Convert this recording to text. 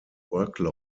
however